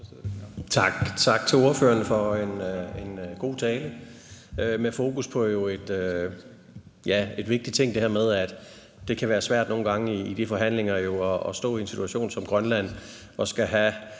Tak til ordføreren for en god tale med fokus på en vigtig ting, altså det her med, at det i de forhandlinger nogle gange kan være svært at stå i en situation som Grønland